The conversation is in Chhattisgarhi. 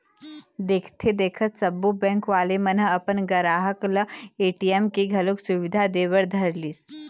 देखथे देखत सब्बो बेंक वाले मन ह अपन गराहक ल ए.टी.एम के घलोक सुबिधा दे बर धरलिस